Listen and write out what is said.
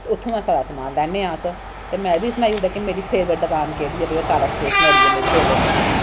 ते उत्थूं गै सारा समान लैन्ने आं अस ते में एह् बी सनाई ओड़ेआ कि मेरी फेवरट दकान केह्ड़ी ऐ ओह् ऐ तारा स्टेशनरी ऐ फेवरट दकान